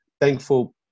thankful